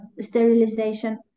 sterilization